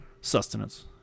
sustenance